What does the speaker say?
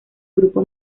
grupo